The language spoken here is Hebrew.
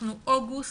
אנחנו בחודש אוגוסט